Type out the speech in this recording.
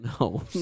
No